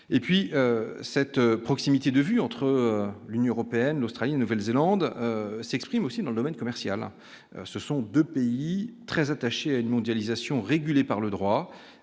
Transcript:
et puis cette proximité de vues entre l'Union européenne, l'Australie, Nouvelle-Zélande s'exprime aussi dans le domaine commercial, ce sont 2 pays très attaché à une mondialisation régulée par le droit,